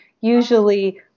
usually